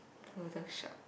photoshop